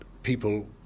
people